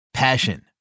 Passion